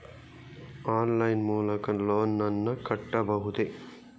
Online line ಮೂಲಕ loan ನನ್ನ ಕಟ್ಟಬಹುದೇ?